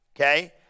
okay